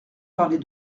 parler